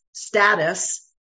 status